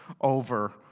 over